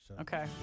Okay